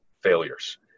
failures